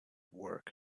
work